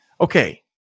Okay